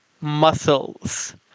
muscles